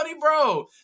Bro